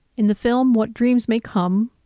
in the film, what dreams may come,